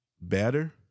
better